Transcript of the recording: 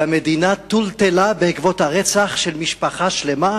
והמדינה טולטלה בעקבות הרצח של משפחה שלמה,